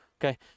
Okay